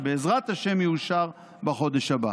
שבעזרת השם יאושר בחודש הבא.